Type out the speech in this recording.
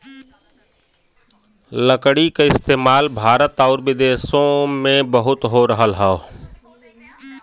लकड़ी क इस्तेमाल भारत आउर विदेसो में बहुत हो रहल हौ